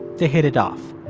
they hit it off.